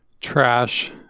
trash